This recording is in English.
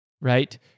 right